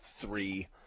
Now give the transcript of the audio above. three